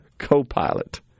Copilot